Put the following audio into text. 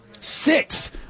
six